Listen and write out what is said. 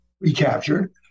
recaptured